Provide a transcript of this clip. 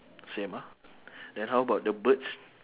same ah then how about the birds